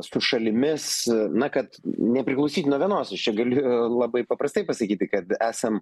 su šalimis na kad nepriklausyt nuo vienos aš galiu labai paprastai pasakyti kad esam